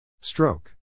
Stroke